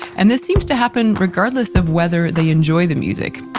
and this seems to happen regardless of whether they enjoy the music